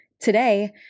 Today